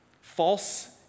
False